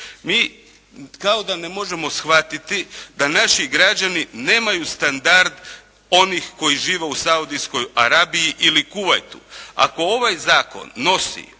Mi kao da ne možemo shvatiti da naši građani nemaju standard onih koji žive u Saudijskoj Arabiji ili Kuvajtu. Ako ovaj zakon nosi